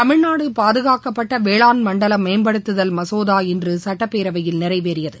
தமிழ்நாடு பாதுகாக்கப்பட்ட வேளாண் மண்டல மேம்படுத்துதல் மசோதா இன்று சுட்டப்பேரவையில் நிறைவேறியது